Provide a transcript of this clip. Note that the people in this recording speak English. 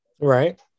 right